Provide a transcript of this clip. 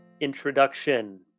introduction